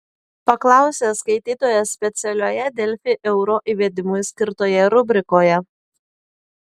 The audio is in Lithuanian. paklausė skaitytojas specialioje delfi euro įvedimui skirtoje rubrikoje